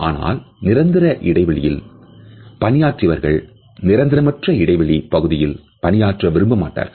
ஆனால் நிரந்தர இடைவெளியில் பணியாற்றியவர்கள் நிரந்தரமற்ற இடைவெளி பகுதிகளில் பணியாற்ற விரும்பமாட்டார்கள்